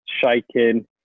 shaking